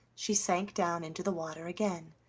she sank down into the water again,